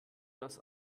das